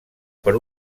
per